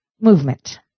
movement